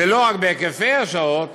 ולא רק בהיקפי השעות